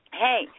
hey